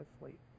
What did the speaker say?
asleep